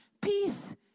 peace